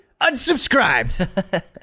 Unsubscribed